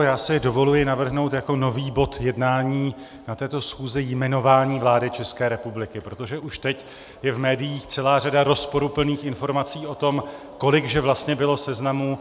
Já si dovoluji navrhnout jako nový bod jednání na této schůzi jmenování vlády ČR, protože už teď je v médiích celá řada rozporuplných informací o tom, kolik že vlastně bylo seznamů.